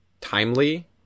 timely